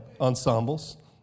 Ensembles